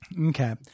Okay